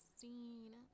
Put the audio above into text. seen